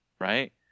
right